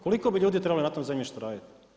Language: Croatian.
Koliko bi ljudi trebalo na tom zemljištu raditi?